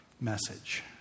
message